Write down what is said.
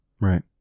right